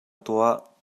tuah